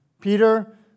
Peter